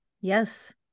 Yes